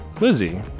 Lizzie